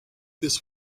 this